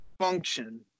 function